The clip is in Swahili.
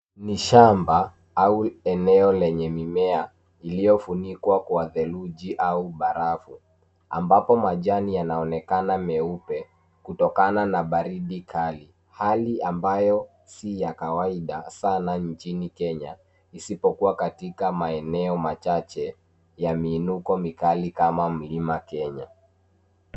Ni shamba au eneo lenye mimea iliyofunikwa kwa theluji au barafu, ambapo majani yanaonekana meupe kutokana na baridi kali. Hali ambayo si ya kawaida sana nchini Kenya isipokuwa katika maeneo machache ya miinuko mikali kama mlima Kenya.